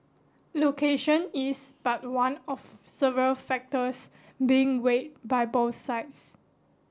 location is but one of several factors being weigh by both sides